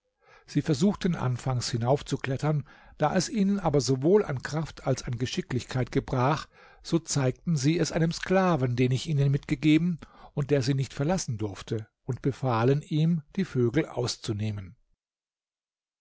sie versuchten anfangs hinaufzuklettern da es ihnen aber sowohl an kraft als an geschicklichkeit gebrach so zeigten sie es einem sklaven den ich ihnen mitgegeben und der sie nicht verlassen durfte und befahlen ihm die vögel auszunehmen